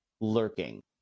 lurking